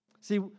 See